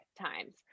times